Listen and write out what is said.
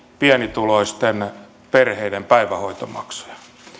pienituloisten perheiden päivähoitomaksuja